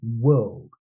world